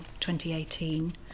2018